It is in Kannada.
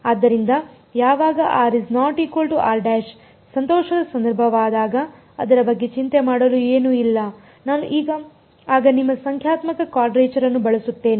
ಆದ್ದರಿಂದ ಯಾವಾಗ ಸಂತೋಷದ ಸಂದರ್ಭವಾದಾಗ ಅದರ ಬಗ್ಗೆ ಚಿಂತೆ ಮಾಡಲು ಏನೂ ಇಲ್ಲ ನಾನು ಆಗ ನಿಮ್ಮ ಸಂಖ್ಯಾತ್ಮಕ ಕ್ವಾಡ್ರೇಚರ್ ನ್ನು ಬಳಸುತ್ತೇನೆ